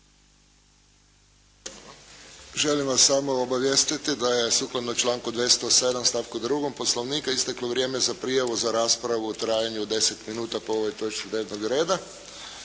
Želim vas samo obavijestiti da je sukladno članku 207. stavku 2. Poslovnika isteklo vrijeme za prijavu za raspravu u trajanju od 10 minuta po ovoj točci dnevnog reda.